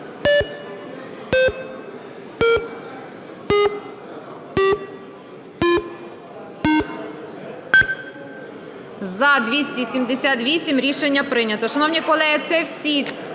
Рішення прийнято. Шановні колеги, це всі